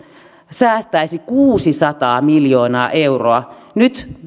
säästäisi kuusisataa miljoonaa euroa nyt